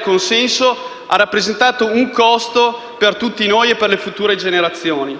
consenso degli italiani ha rappresentato un costo per tutti noi e per le future generazioni.